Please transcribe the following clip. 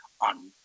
on